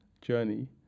journey